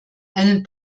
einen